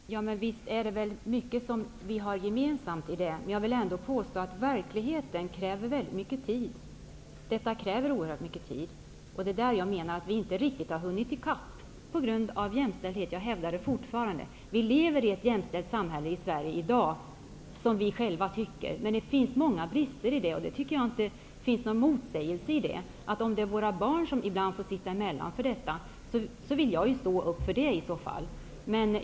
Herr talman! Ja, visst finns det mycket som vi har gemensamt. Men jag vill ändå påstå att verkligheten är den att detta kräver oerhört mycket tid. Det är i det avseendet som jag menar att vi inte riktigt har hunnit i kapp på grund av jämställdheten. Det vidhåller jag fortfarande. Vi i Sverige lever i dag i ett, som vi själva tycker, jämställt samhälle. Men det finns många brister i det sammanhanget. Jag tycker inte att det finns någon motsägelse här. Om våra barn ibland får sitta emellan, vill jag stå upp för den här saken.